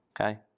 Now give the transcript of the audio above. Okay